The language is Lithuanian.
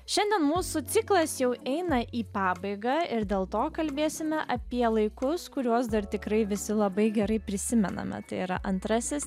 šiandien mūsų ciklas jau eina į pabaigą ir dėl to kalbėsime apie laikus kuriuos dar tikrai visi labai gerai prisimename tai yra antrasis